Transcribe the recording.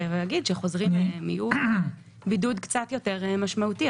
להגיד שכשחוזרים הם יהיו בבידוד קצת יותר משמעותי,